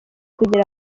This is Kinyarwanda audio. kugira